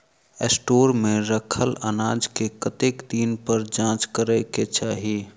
Store मे रखल अनाज केँ कतेक दिन पर जाँच करै केँ चाहि?